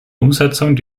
umsetzung